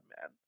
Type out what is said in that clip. man